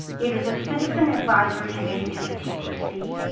it is a citizen advisory committee to the ttc,